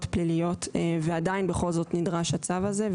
פליליות ועדיין בכל זאת נדרש הצו הזה.